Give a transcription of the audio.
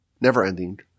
never-ending